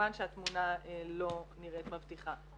וכמובן שהתמונה לא נראית מבטיחה.